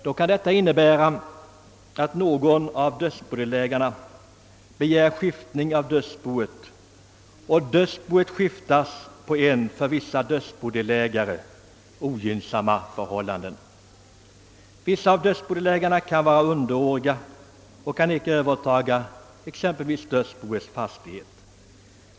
Någon av dödsbodelägarna kan i en sådan situation begära skiftning av dödsboet, varvid dödsboet kan komma att skiftas på ett för vissa dödsbodelägare ogynnsamt sätt. En del av dödsbodelägarna kan t.ex. vara underåriga och har därför inte möjlighet att överta exempelvis dödsboets fastighet.